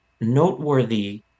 noteworthy